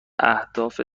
اهداف